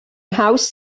haws